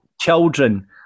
children